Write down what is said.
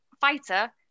fighter